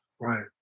right